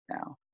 now